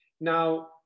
Now